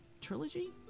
trilogy